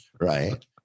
right